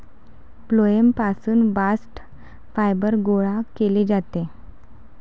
phloem पासून bast fibre गोळा केले जाते